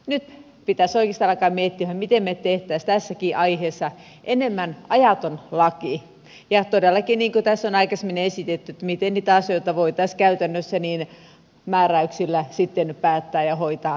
nyt pitäisi oikeastaan alkaa miettiä miten me tekisimme tästäkin aiheesta enemmän ajaton laki ja todellakin niin kuin tässä on aikaisemmin esitetty miten niitä asioita voitaisiin käytännössä määräyksillä sitten päättää ja hoitaa tarkemmin